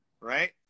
right